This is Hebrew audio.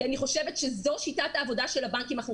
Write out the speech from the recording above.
כי אני חושבת שזו שיטת העבודה של הבנקים ואנחנו